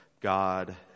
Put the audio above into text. God